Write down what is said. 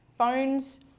phones